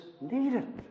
needed